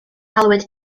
galwyd